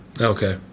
Okay